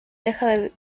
dejan